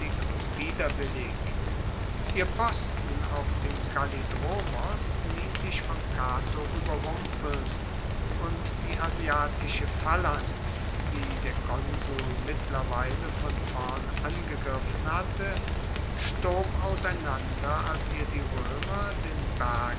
und widerwillig ihr posten auf dem kallidromos liess sich von cato ueberrumpeln und die asiatische phalanx die der konsul mittlerweile von vorn angegriffen hatte stob auseinander als ihr die roemer den berg